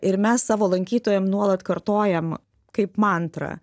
ir mes savo lankytojam nuolat kartojam kaip mantrą